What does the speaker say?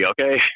okay